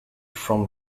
from